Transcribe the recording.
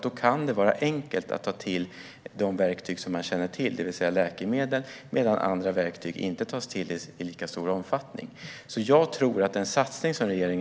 Då kan det vara enkelt att använda de verktyg som man känner till, det vill säga läkemedel, medan andra verktyg inte används i lika stor omfattning.